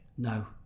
No